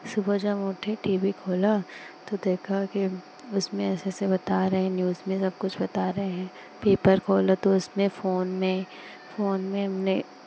सुबह जब हम उठे टी वी खोला तो देखा के उसमें ऐसे ऐसे बता रहे हैं न्यूज़ में सब कुछ बता रहे हैं पेपर खोला तो उसमें फोन में फोन में हमने